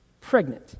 pregnant